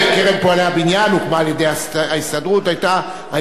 היתה מחלקה חזקה ביותר של עובדי הבניין,